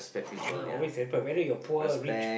ya always happen whether you are poor or rich